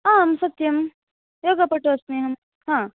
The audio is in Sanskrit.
आम् सत्यम् योगपटुः अस्मि अहम् आम्